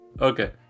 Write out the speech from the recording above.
okay